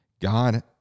God